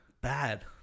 Bad